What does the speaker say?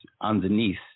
underneath